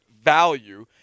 value